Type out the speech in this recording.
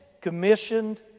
commissioned